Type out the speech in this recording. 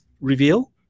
reveal